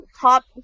top